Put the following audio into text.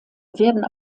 werden